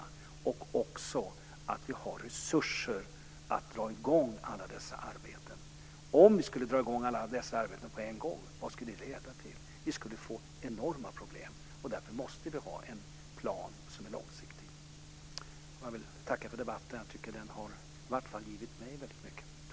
Vi måste också ha resurser att dra i gång alla dessa arbeten. Om vi skulle dra i gång alla dessa arbeten på en gång, vad skulle det leda till? Jo, vi skulle få enorma problem. Därför måste vi ha en plan som är långsiktig. Jag vill tacka för debatten. Den har i varje fall givit mig väldigt mycket.